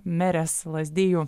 merės lazdijų